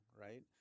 right